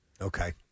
Okay